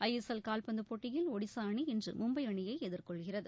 ஐ S L கால்பந்து போட்டியில் ஒடிஸா அணி இன்று மும்பை அணியை எதிர்கொள்கிறது